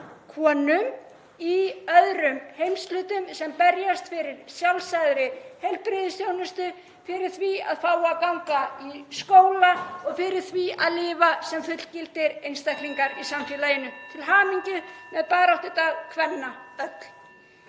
konum í öðrum heimshlutum sem berjast fyrir sjálfsagðri heilbrigðisþjónustu, fyrir því að fá að ganga í skóla og fyrir því að lifa sem fullgildir einstaklingar í samfélaginu. Til hamingju með baráttudag kvenna, öll.